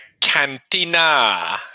cantina